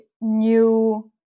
new